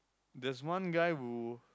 there's one guy who